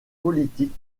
politiques